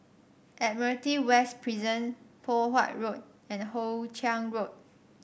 Admiralty West Prison Poh Huat Road and Hoe Chiang Road